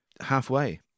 halfway